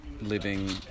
living